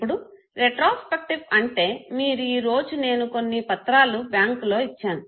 ఇప్పుడు రెట్రోస్పెక్టివ్ అంటే మీరు ఈ రోజు నేను కొన్ని పత్రాలు బ్యాంకులో ఇచ్చాను